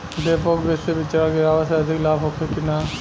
डेपोक विधि से बिचड़ा गिरावे से अधिक लाभ होखे की न?